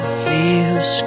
feels